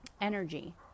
energy